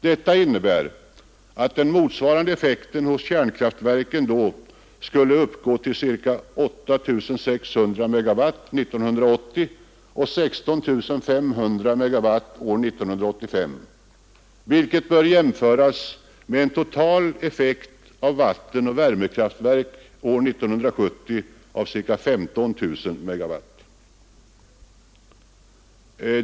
Detta innebär att den motsvarande effekten hos kärnkraftverken därmed skulle uppgå till 8 600 MW år 1980 och 16 500 MW år 1985, vilket kan jämföras med en total effekt av vattenoch värmekraft år 1970 av 15 000 MW.